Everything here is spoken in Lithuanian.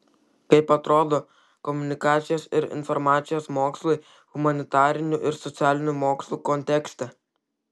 kaip atrodo komunikacijos ir informacijos mokslai humanitarinių ir socialinių mokslų kontekste